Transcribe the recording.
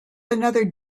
another